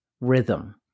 rhythm